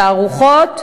תערוכות ומוזיאונים,